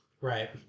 Right